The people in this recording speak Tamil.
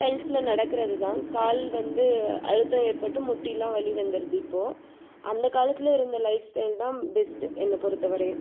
டைல்ஸில் நடக்குறது தான் கால் வந்து அழுத்தம் ஏற்பட்டு முட்டிலாம் வலி வந்துருது இப்போ அந்த காலத்தில் இருந்த லைஃப் ஸ்டைல் தான் பெஸ்ட் என்னை பொறுத்த வரையும்